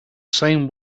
same